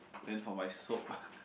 then for my soap